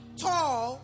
tall